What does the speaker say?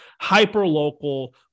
hyper-local